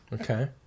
Okay